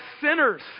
sinners